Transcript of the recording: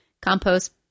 Compost